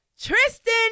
Tristan